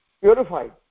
purified